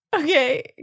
Okay